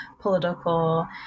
political